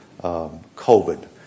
COVID